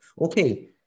okay